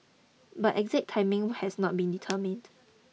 but exact timing has not been determined